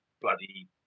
bloody